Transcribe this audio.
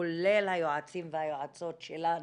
כולל היועצים והיועצות שלנו,